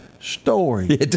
story